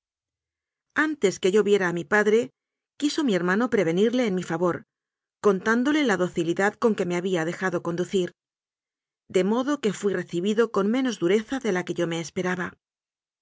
antes que yo viera a mi padre quiso mi hermano prevenirle en mi favor contándole la do cilidad con que me había dejado conducir de modo que fui recibido con menos dureza de la que yo me esperaba